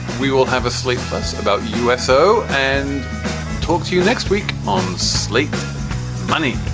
we will have a sleepless about uso and talk to you next week on slate money